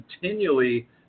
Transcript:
continually